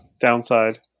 downside